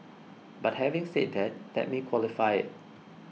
but having said that let me qualify it